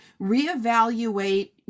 reevaluate